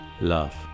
love